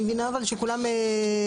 אני מבינה אבל שכולם יוצאים,